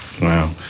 Wow